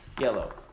Yellow